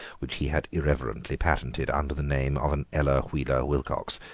which he had irreverently patented under the name of an ella wheeler wilcox.